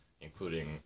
including